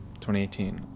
2018